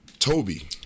Toby